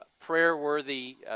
prayer-worthy